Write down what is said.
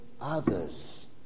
others